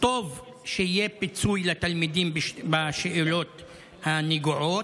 טוב שיהיה פיצוי לתלמידים בשאלות הנגועות.